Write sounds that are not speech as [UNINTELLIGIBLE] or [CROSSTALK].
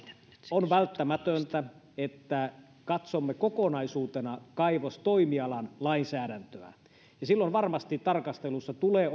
on välttämätöntä että katsomme kokonaisuutena kaivostoimialan lainsäädäntöä silloin varmasti tarkastelussa tulee [UNINTELLIGIBLE]